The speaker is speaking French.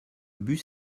bus